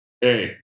hey